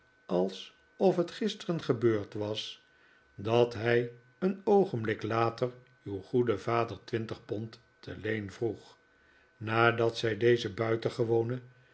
alsof het gisteren gebeurd was dat hij een oogenblik later uw goeden vader twintig pond te leen vroeg nadat zij deze